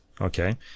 okay